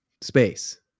space